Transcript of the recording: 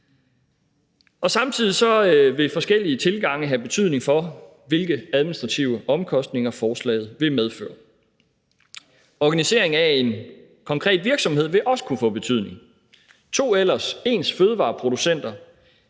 Samtidig vil forskellige tilgange have betydning for, hvilke administrative omkostninger forslaget vil medføre. Organiseringen af en konkret virksomhed vil også kunne få betydning. To ellers ens fødevareproducenter